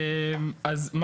עזוב לחייב לתקן,